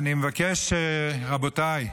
רבותיי,